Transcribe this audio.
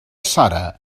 sara